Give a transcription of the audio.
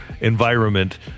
environment